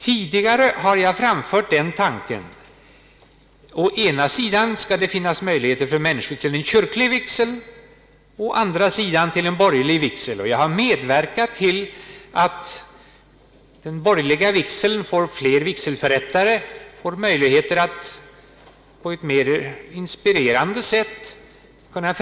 Tidigare har jag framfört tanken att det borde finnas möjlighet för människor att få å ena sidan kyrklig vigsel, å andra sidan en borgerlig vigsel. Jag har medverkat till att vi fått fler förrättare av den borgerliga vigseln med möjligheter till att förrätta den på ett mer inspirerande sätt.